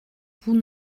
vous